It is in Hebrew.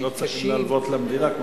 לא צריך להלוות למדינה.